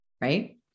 right